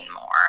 more